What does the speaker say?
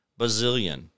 Bazillion